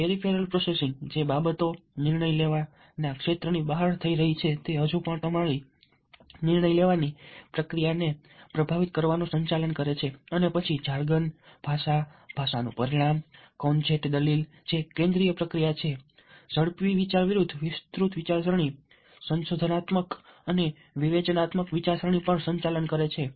peripheral processing જે બાબતો નિર્ણય લેવાના ક્ષેત્રની બહાર થઈ રહી છે તે હજુ પણ તમારી નિર્ણય લેવાની પ્રક્રિયાને પ્રભાવિત કરવાનું સંચાલન કરે છે અને પછી જાર્ગન ભાષા ભાષાનું પરિમાણ કોજન્ટ દલીલ જે કેન્દ્રીય પ્રક્રિયા છે ઝડપી વિચાર વિરુદ્ધ વિસ્તૃત વિચારસરણી સંશોધનાત્મક અને વિવેચનાત્મક વિચારસરણી પણ સંચાલન કરે છે